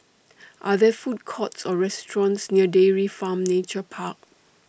Are There Food Courts Or restaurants near Dairy Farm Nature Park